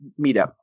meetup